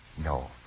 No